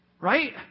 Right